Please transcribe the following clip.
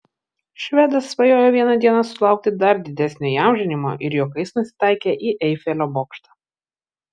švedas svajoja vieną dieną sulaukti dar didesnio įamžinimo ir juokais nusitaikė į eifelio bokštą